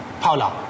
Paula